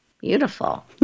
Beautiful